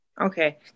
Okay